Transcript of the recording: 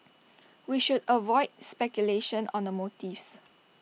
we should avoid speculation on the motives